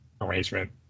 arrangement